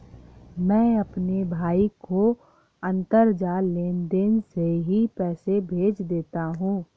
मैं अपने भाई को अंतरजाल लेनदेन से ही पैसे भेज देता हूं